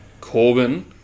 Corbin